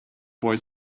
boy